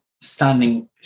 standing